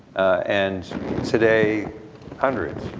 and today hundreds.